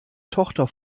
tochter